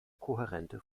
kohärente